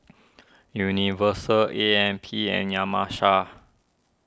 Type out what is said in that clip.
Universal A M P and